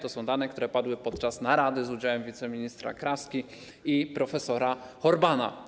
To są dane, które padły podczas narady z udziałem wiceministra Kraski i prof. Horbana.